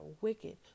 wicked